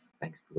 thanks